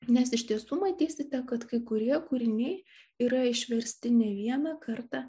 nes iš tiesų matysite kad kai kurie kūriniai yra išversti ne vieną kartą